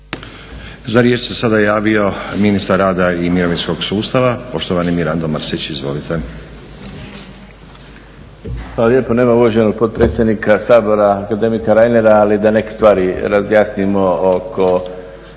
Za riječ se sada javio ministar rada i mirovinskog sustava, poštovani Mirando Mrsić, izvolite. **Mrsić, Mirando (SDP)** Hvala lijepa. Nema uvaženog potpredsjednika Sabora, akademika Reinera ali da neke stvari razjasnimo oko